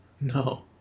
no